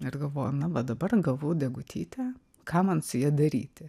ir galvoju na va dabar gavau degutytę ką man su ja daryti